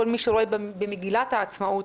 כל מי שרואה במגילת העצמאות